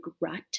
rut